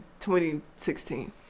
2016